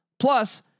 Plus